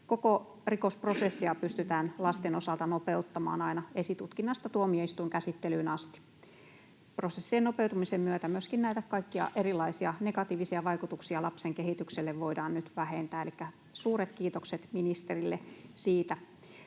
koko rikosprosessia pystytään lasten osalta nopeuttamaan aina esitutkinnasta tuomioistuinkäsittelyyn asti. Prosessien nopeutumisen myötä myöskin näitä kaikkia erilaisia negatiivisia vaikutuksia lapsen kehitykselle voidaan nyt vähentää, elikkä suuret kiitokset ministerille siitä.